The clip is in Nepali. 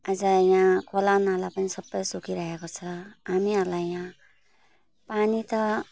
अझ यहाँ खोलानाला पनि सबै सुकिरहेको छ हामीहरूलाई यहाँ पानी त